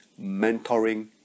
mentoring